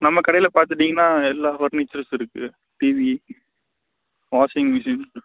நம்ம கடையில் பார்த்துட்டீங்கன்னா எல்லா ஃபர்னிச்சர்ஸும் இருக்குது டீவி வாஷிங் மிஷின்